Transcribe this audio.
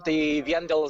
tai vien dėl